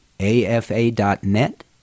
AFA.net